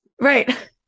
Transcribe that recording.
Right